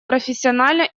профессионально